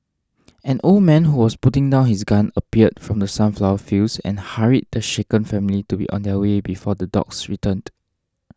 an old man who was putting down his gun appeared from the sunflower fields and hurried the shaken family to be on their way before the dogs returned